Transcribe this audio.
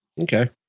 Okay